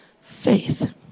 faith